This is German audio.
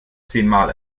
zehnmal